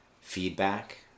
feedback